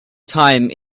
time